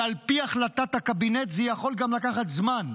ועל פי החלטת הקבינט זה יכול גם לקחת זמן.